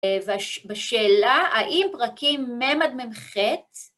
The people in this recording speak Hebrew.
בשאלה, האם פרקים מ' עד מ"ח?